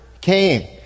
came